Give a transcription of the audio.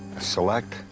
select?